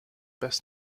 best